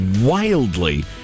wildly